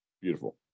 Beautiful